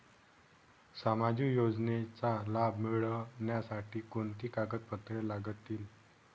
सामाजिक योजनेचा लाभ मिळण्यासाठी कोणती कागदपत्रे लागतील?